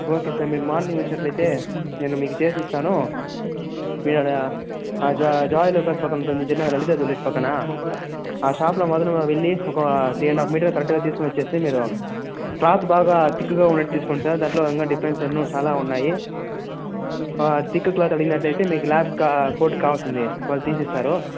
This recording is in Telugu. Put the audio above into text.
ఓకే సార్ మీరు మార్నింగ్ వచ్చినట్టు అయితే నేను మీకు చేసిస్తాను మీరు ఆడ జో జోయలర్స్ పక్కన ఉంటుంది కదా లలితా జువలరీస్ పక్కన ఆ షాపులో మొదలు వెళ్ళి ఒక త్రీ అండ్ హాఫ్ మీటర్స్ మీరు కరెక్ట్గా తీసుకుని వస్తే మీరు క్లాత్ బాగా థిక్గా ఉండేది తీసుకోండి సార్ దాంత్లో ఎన్నొ డిఫరెన్స్ ఎన్నో చాలా ఉన్నాయి థిక్ క్లాత్ అడిగినట్లైతే మీకు లార్జ్ కా కోటుకి కావల్సింది వాళ్ళు తీసి ఇస్తారు